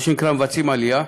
מה שנקרא עושים עלייה,